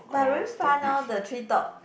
but very fun lor the treetop